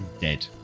dead